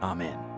Amen